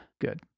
good